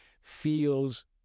feels